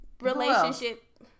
relationship